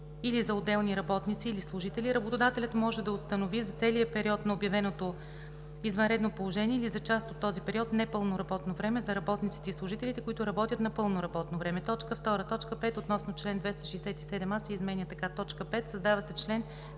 или за отделни работници или служители работодателят може да установи за целия период на обявеното извънредно положение или за част от този период непълно работно време за работниците и служителите, които работят на пълно работно време.“ 2. Точка 5 относно чл. 267а се изменя така: „5. Създава се чл.